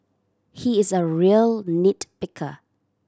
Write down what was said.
he is a real nit picker